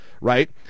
Right